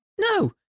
No